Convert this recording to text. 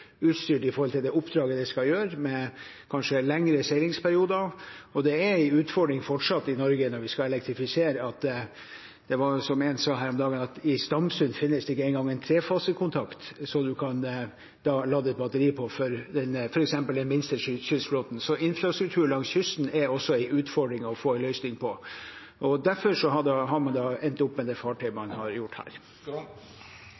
i forhold til det oppdraget det skal gjøre, med kanskje lengre seilingsperioder. Og det er en utfordring fortsatt i Norge når vi skal elektrifisere, som en sa her om dagen: I Stamsund fins det ikke engang en trefasekontakt som man kan lade et batteri på for f.eks. den minste kystflåten. Så infrastruktur langs kysten er også en utfordring å få en løsning på. Derfor har man da endt opp med det